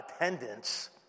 attendance